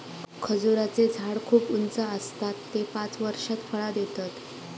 खजूराचें झाड खूप उंच आसता ते पांच वर्षात फळां देतत